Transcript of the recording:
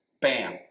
bam